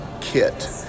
kit